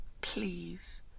please